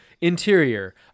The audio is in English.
interior